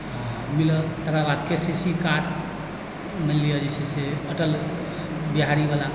आओर मिलल तकर बाद के सी सी कार्ड मानि लिअ जे छै से अटल बिहारीवला